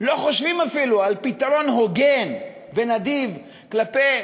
לא חושבים אפילו על פתרון הוגן ונדיב כלפי